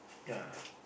ya